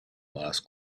last